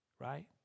right